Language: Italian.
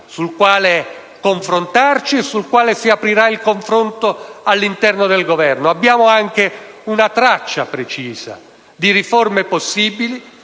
cui dovremo confrontarci e sul quale si aprirà il confronto all'interno del Governo. Abbiamo anche una traccia precisa di riforme possibili